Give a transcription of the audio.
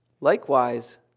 Likewise